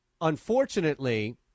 unfortunately